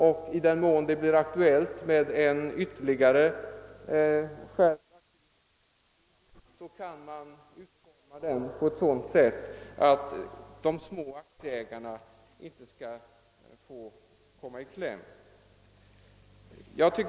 Om en ytterligare skärpning av aktievinstbeskattningen blir aktuell, kan denna utformas på ett sådant sätt att de små aktieägarna inte kommer i kläm.